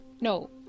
no